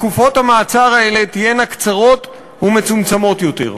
תקופות המעצר האלה תהיינה קצרות ומצומצמות יותר.